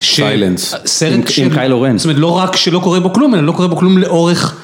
סיילנס, עם קיילו רן, זאת אומרת לא רק שלא קורה בו כלום, אלא לא קורה בו כלום לאורך